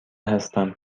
هستم